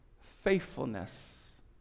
faithfulness